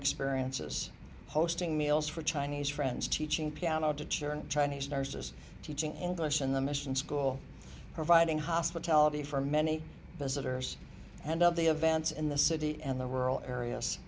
experiences hosting meals for chinese friends teaching piano teacher and chinese nurses teaching english in the mission school providing hospitality for many visitors and of the events in the city and the world areas